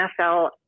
NFL